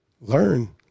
learn